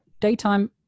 daytime